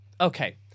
okay